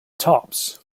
tops